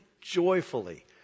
joyfully